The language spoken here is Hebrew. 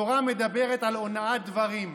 התורה מדברת על אונאת דברים.